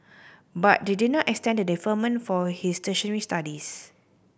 but they did not extend the deferment for his tertiary studies